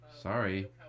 sorry